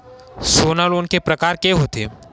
सोना लोन के प्रकार के होथे?